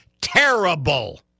Terrible